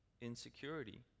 insecurity